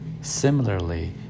Similarly